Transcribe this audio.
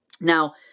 now